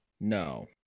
No